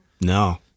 No